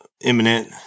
imminent